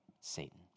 Satan